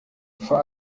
für